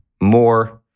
more